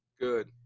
Good